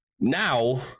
Now